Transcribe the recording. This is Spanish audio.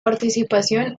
participación